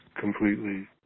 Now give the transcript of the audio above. completely